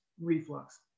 reflux